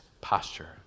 posture